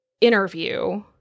interview